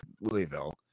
Louisville